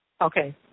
Okay